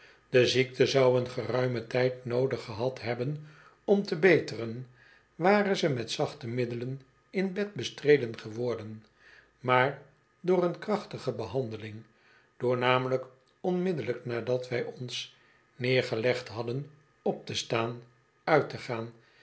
de ziekte zou een geruimen tijd noodig gehad hebben om te beteren ware ze met zachte middelen in bed bestreden geworden maar door een krachtige behandeling door namelijk onmiddellijk nadat wij ons neergelegd hadden op te staan uit te gaan